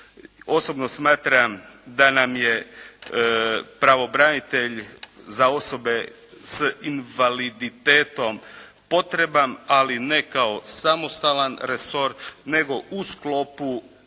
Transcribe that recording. osobno smatram da nam je pravobranitelj za osobe s invaliditetom potreban ali ne kao samostalan resor nego u sklopu